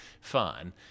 Fine